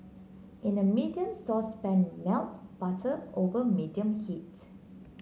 in a medium saucepan melt butter over medium heat